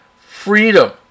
freedom